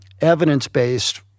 evidence-based